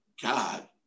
God